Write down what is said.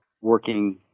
working